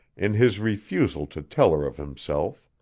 in his refusal to tell her of himself.